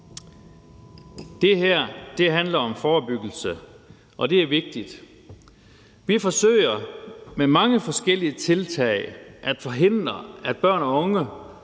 Det her handler om forebyggelse, og det er vigtigt. Vi forsøger med mange forskellige tiltag at forhindre, at børn og unge